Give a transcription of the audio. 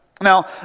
Now